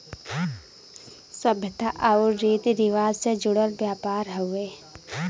सभ्यता आउर रीती रिवाज से जुड़ल व्यापार हउवे